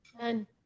Done